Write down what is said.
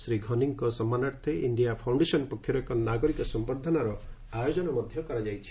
ଶ୍ରୀ ଘନିଙ୍କ ସମ୍ମାନାର୍ଥେ India foundation ପକ୍ଷରୁ ଏକ ନାଗରିକ ସମ୍ଭର୍ଦ୍ଧନାର ଆୟୋଜନ କରାଯାଇଛି